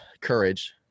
courage